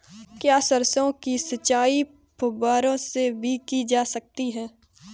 क्या सरसों की सिंचाई फुब्बारों से की जा सकती है?